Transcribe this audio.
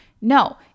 No